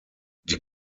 die